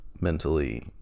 mentally